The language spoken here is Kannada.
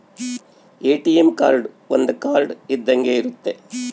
ಎ.ಟಿ.ಎಂ ಕಾರ್ಡ್ ಒಂದ್ ಕಾರ್ಡ್ ಇದ್ದಂಗೆ ಇರುತ್ತೆ